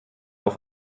auf